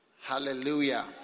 Hallelujah